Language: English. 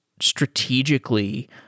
strategically